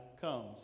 comes